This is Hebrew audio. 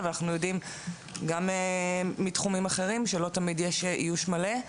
אבל אנחנו יודעים גם מתחומים אחרים שלא תמיד יש איוש מלא.